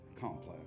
complex